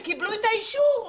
הם קיבלו את האישור.